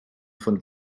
von